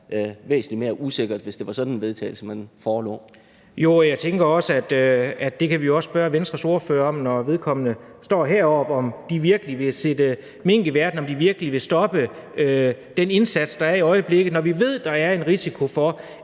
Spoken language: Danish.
væsentlig mere usikkert, hvis det var et sådan et forslag til vedtagelse, der forelå. Kl. 17:07 Anders Kronborg (S): Jo, og jeg tænker også, at det kan vi også spørge Venstres ordfører om, når vedkommende står heroppe, altså om de virkelig vil sætte mink i verden, og om de virkelig vil stoppe den indsats, der gøres i øjeblikket, når vi ved, at der er en risiko for,